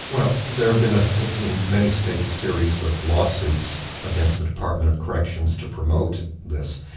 well there have been ah in many states a series of law suits against the department of corrections to promote this.